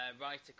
Writer